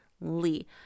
Lee